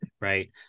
right